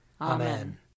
Amen